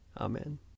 Amen